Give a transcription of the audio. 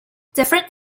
different